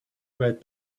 about